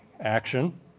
action